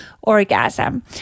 orgasm